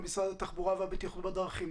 למשרד התחבורה והבטיחות בדרכים,